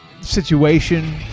situation